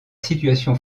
situation